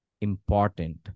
important